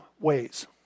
ways